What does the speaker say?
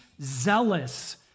zealous